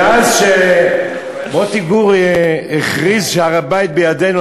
מאז שמוטה גור הכריז שהר-הבית בידינו,